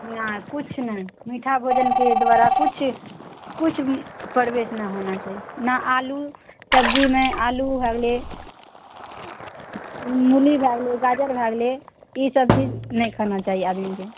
ने किछु ने मीठा भोजनके द्वारा किछु किछु भी प्रवेश नहि होना चाही ने आलू सब्जीमे आलू भए गेलय मूली भए गेलय गाजर भए गेलय ई सब चीज नहि खाना चाही आदमीके